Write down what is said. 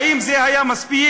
האם זה היה מספיק?